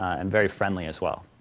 and very friendly as well.